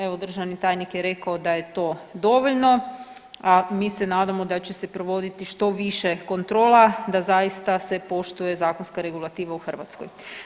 Evo, državni tajnik je rekao da je to dovoljno, a mi se nadamo da će se provoditi što više kontrola da zaista se poštuje zakonska regulativa u Hrvatskoj.